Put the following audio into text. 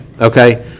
okay